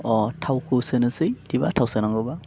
अ' थावखौ सोनोसै बिदिबा थाव सोनांगौबा